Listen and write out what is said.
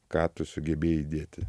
ką tu sugebėjai įdėti